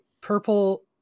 purple